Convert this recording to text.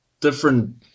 different